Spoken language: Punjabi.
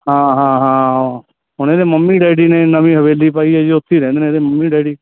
ਹਾਂ ਹਾਂ ਹਾਂ ਹੁਣ ਇਹਦੇ ਮੰਮੀ ਡੈਡੀ ਨੇ ਨਵੀਂ ਹਵੇਲੀ ਪਾਈ ਆ ਜੀ ਉੱਥੇ ਹੀ ਰਹਿੰਦੇ ਨੇ ਇਹਦੇ ਮੰਮੀ ਡੈਡੀ